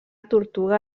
tortuga